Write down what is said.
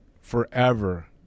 forever